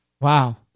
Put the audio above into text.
Wow